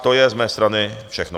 To je z mé strany všechno.